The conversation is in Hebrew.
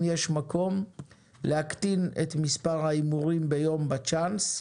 יש מקום להקטין את מספר ההימורים ביום בצ'אנס,